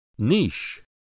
Niche